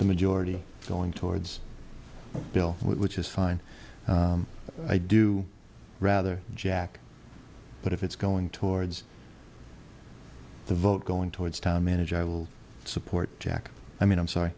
the majority going towards bill which is fine i do rather jack but if it's going towards the vote going towards town manager i will support jack i mean i'm sorry